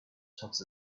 tux